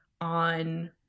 on